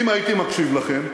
אם הייתי מקשיב לכם,